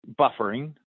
buffering